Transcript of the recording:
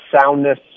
soundness